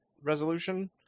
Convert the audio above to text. resolution